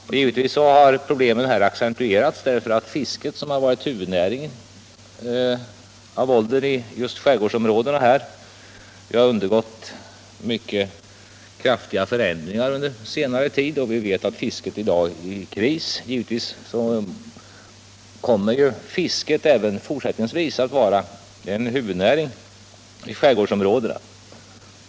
Naturligtvis har problemen accentuerats därför att fisket, som av ålder varit huvudnäring i skärgårdsområdena, undergått mycket kraftiga förändringar under senare tid. Vi vet att fisket i dag är inne i en kris. Givetvis kommer fisket även fortsättningsvis att vara huvudnäring i skärgårdsområdena.